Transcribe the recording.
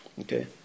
Okay